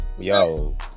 yo